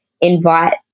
invite